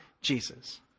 Jesus